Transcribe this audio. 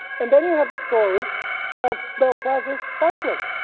and then you have the story of belshazzar banquet.